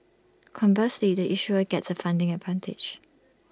conversely the issuer gets A funding advantage